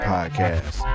Podcast